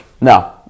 No